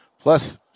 Plus